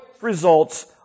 results